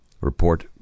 report